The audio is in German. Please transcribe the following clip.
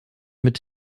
mit